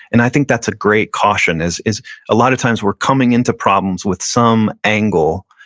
and i think that's a great caution is is a lot of times we're coming into problems with some angle.